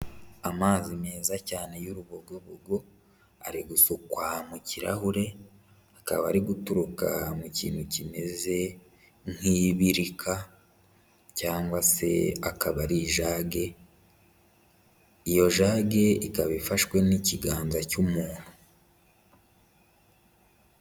Amazi meza cyane y'urubogobogo ari gusukwa mu kirahure, akaba ari guturuka mu kintu kimeze nk'ibirika cyangwa se akaba ari ijage, iyo jage ikaba ifashwe n'ikiganza cy'umuntu.